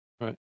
right